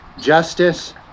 justice